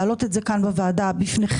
להעלות את זה כאן בוועדה בפניכם.